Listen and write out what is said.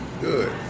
good